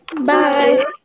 Bye